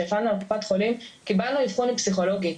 שהפעלנו על קופת חולים קיבלנו אבחון עם פסיכולוגית.